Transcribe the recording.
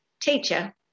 Teacher